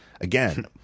again